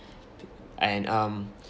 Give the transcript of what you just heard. and um